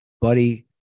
Buddy